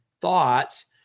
thoughts